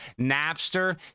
Napster